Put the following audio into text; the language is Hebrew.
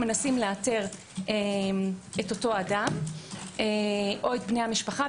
מנסים לאתר את אותו אדם או את בני המשפחה,